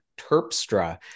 Terpstra